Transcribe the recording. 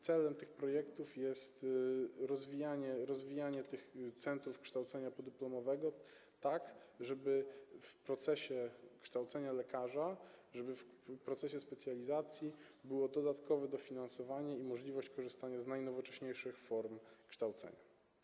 Celem tych projektów jest rozwijanie centrów kształcenia podyplomowego, żeby w procesie kształcenia lekarza, żeby w procesie specjalizacji było dodatkowe dofinansowanie i możliwość korzystania z najnowocześniejszych form kształcenia.